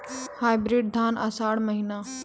Hybrid धान आषाढ़ महीना?